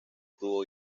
tuvo